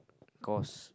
cost